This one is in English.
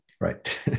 right